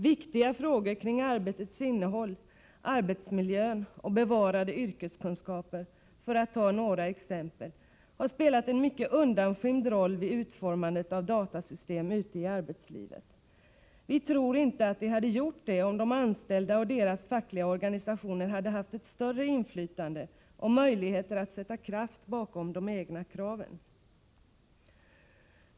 Viktiga frågor kring arbetets innehåll, arbetsmiljön och bevarade yrkeskunskaper — för att ta några exempel — har spelat en mycket undanskymd roll vid utformandet av datasystem ute i arbetslivet. Vi tror inte att de skulle ha gjort det om de anställda och deras fackliga organisationer hade haft ett större inflytande och om de hade haft möjligheter att sätta kraft bakom de egna kraven.